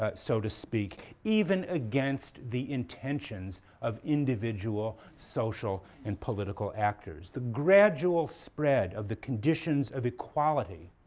ah so to speak, even against the intentions of individual social and political actors. the gradual spread of the conditions of equality,